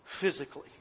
physically